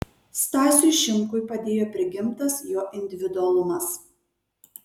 stasiui šimkui padėjo prigimtas jo individualumas